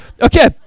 okay